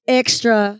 extra